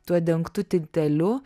tuo dengtu titeliu